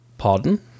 Pardon